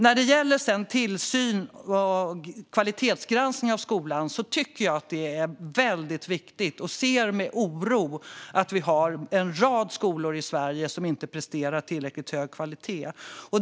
När det sedan gäller tillsyn och kvalitetsgranskning av skolan tycker jag att detta är väldigt viktigt, och jag ser med oro att vi har en rad skolor i Sverige som inte presterar tillräckligt hög kvalitet.